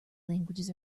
languages